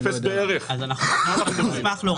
בערך אפס?